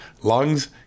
lungs